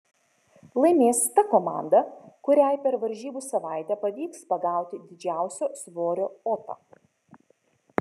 laimės ta komanda kuriai per varžybų savaitę pavyks pagauti didžiausio svorio otą